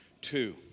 two